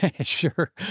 Sure